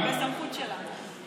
זה בסמכות שלה.